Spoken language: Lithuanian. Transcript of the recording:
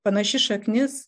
panaši šaknis